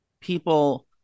people